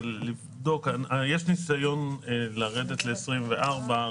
יש ניסיון לרדת ל-24 שעות.